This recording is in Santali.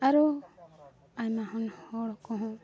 ᱟᱨᱚ ᱟᱭᱢᱟᱜᱟᱱ ᱦᱚᱲ ᱠᱚᱦᱚᱸ